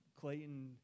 Clayton